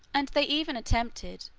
and they even attempted,